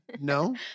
no